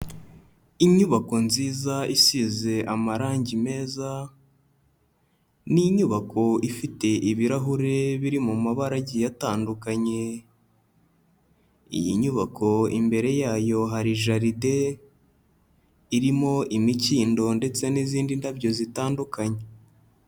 Inyubako nziza isize amarangi meza, ni inyubako ifite ibirahure biri mu mabara agiye itandukanye, iyi nyubako imbere yayo hari jaride irimo imikindo ndetse n'izindi ndabyo zitandukanye.